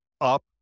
up